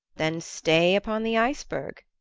then stay upon the iceberg,